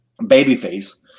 babyface